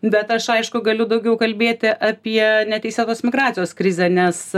bet aš aišku galiu daugiau kalbėti apie neteisėtos migracijos krizę nes